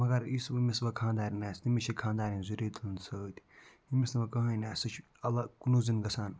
مگر یُس وۄنۍ ییٚمِس وۄنۍ خانٛدارٮ۪ن آسہِ تٔمِس چھِ خانٛدارٮ۪ن ضٔروٗری تُلٕنۍ سۭتۍ ییٚمِس نہٕ وۄنۍ کٕہیٖنۍ آسہِ سُہ چھِ الگ کُنُے زوٚن گژھان